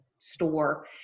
store